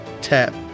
tap